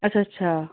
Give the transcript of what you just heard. ਅੱਛਾ ਅੱਛਾ